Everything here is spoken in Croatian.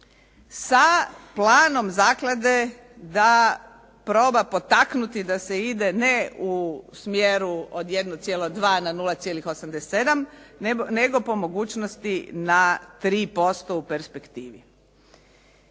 sa planom zaklade da proba potaknuti da se ide ne u smjeru od 1,2 na 0,87 nego po mogućnosti na 3% u perspektivi.